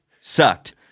sucked